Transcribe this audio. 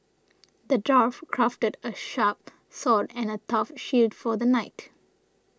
the dwarf crafted a sharp sword and a tough shield for the knight